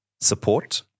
support